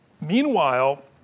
meanwhile